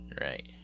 right